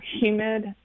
humid